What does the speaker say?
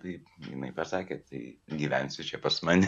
tai jinai pasakė tai gyvensi čia pas mane